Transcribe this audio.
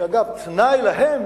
שאגב, תנאי להם